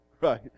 right